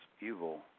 evil